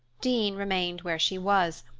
dean remained where she was,